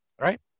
right